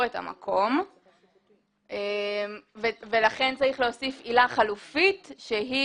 את המקום ולכן צריך להוסיף עילה חלופית שמי